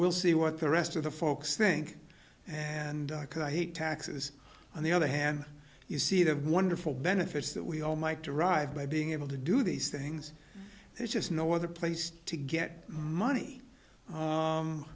see what the rest of the folks think and i hate taxes on the other hand you see the wonderful benefits that we all might derive by being able to do these things there's just no other place to get money